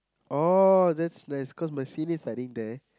oh that's nice cause my senior is studying there